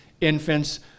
infants